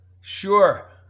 Sure